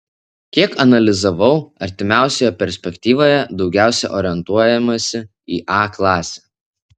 kiek analizavau artimiausioje perspektyvoje daugiausiai orientuojamasi į a klasę